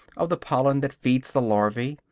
of the pollen that feeds the larvae,